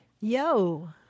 Yo